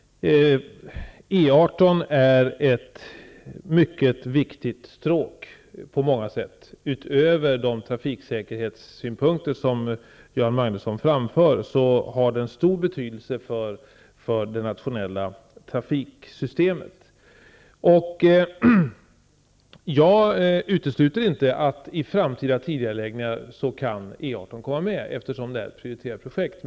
Herr talman! E 18 är ett i många avseenden viktigt stråk. Bortsett från de trafiksäkerhetssynpunkter som Göran Magnusson framför har denna väg stor betydelse för det nationella trafiksystemet. Jag utesluter inte att E 18 kommer med i en framtida tidigareläggning, eftersom det rör sig om ett prioriterat projekt.